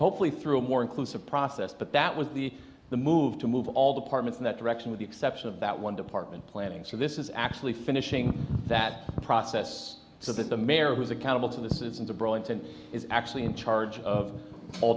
hopefully through a more inclusive process but that was the the move to move all the parties in that direction with the exception of that one department planning so this is actually finishing that process so that the mayor was accountable to the citizens of burlington is actually in charge of all